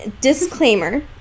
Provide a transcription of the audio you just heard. disclaimer